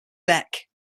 deck